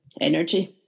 energy